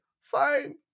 Fine